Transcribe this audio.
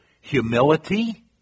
humility